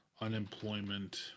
unemployment